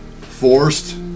Forced